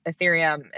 ethereum